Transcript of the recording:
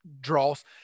draws